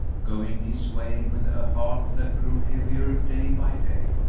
going his way with a heart that grew heavier day by day,